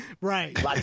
Right